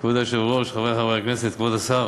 כבוד היושב-ראש, חברי חברי הכנסת, כבוד השר,